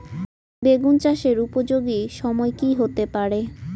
বেগুন চাষের উপযোগী সময় কি হতে পারে?